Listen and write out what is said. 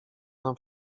nam